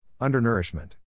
Undernourishment